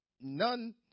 None